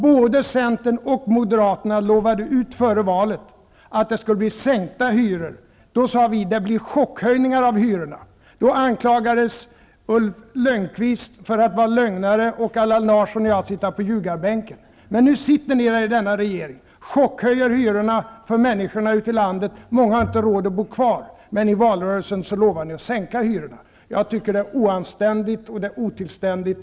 Både Centern och Moderaterna utlovade före valet att det skulle bli sänkta hyror. Då sade vi att det skulle bli chockhöjningar av hyrorna. Då anklagades Ulf Lönnqvist för att vara lögnare och Allan Larsson och jag för att sitta på ljugarbänken. Nu sitter Centern i denna regering och chockhöjer hyrorna för människorna ute i landet. Många har inte råd att bo kvar. Men i valrörelsen lovade ni att sänka hyrorna. Jag tycker att det är oanständigt och otillständigt.